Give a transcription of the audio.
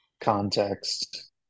context